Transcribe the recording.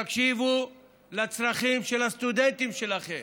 תקשיבו לצרכים של הסטודנטים שלכם.